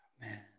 Man